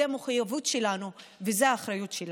זאת מחויבות שלנו וזאת האחריות שלנו.